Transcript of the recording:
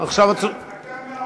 תודה רבה.